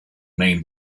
main